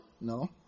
No